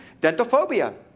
Dentophobia